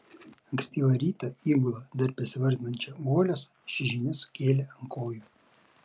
ankstyvą rytą įgulą dar besivartančią guoliuose ši žinia sukėlė ant kojų